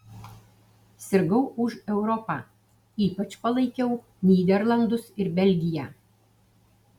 sirgau už europą ypač palaikiau nyderlandus ir belgiją